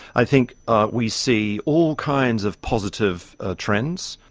i think ah we see all kinds of positive trends.